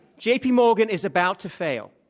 jpmorgan is about to fail.